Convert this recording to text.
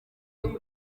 iyi